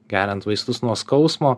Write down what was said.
geriant vaistus nuo skausmo